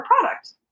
product